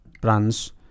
Brands